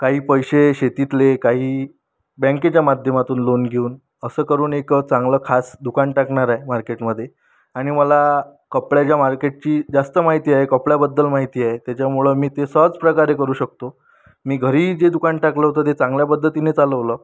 काही पैसे शेतीतले काही बँकेच्या माध्यमातून लोन घेऊन असं करून एक चांगलं खास दुकान टाकणार आहे मार्केटमध्ये आणि मला कपड्याच्या मार्केटची जास्त माहिती आहे कपड्याबद्दल माहिती आहे त्याच्यामुळं मी ते सहज प्रकारे करू शकतो मी घरी जे दुकान टाकलं होतं ते चांगल्या पद्धतीनी चालवलं